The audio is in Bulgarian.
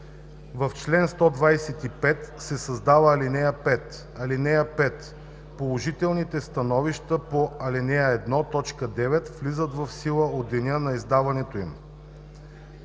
в чл. 125 се създава ал. 5: „(5) Положителните становища по ал. 1, т. 9 влизат в сила от деня на издаването им.“